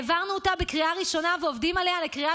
העברנו אותה בקריאה ראשונה ועובדים עליה לקריאה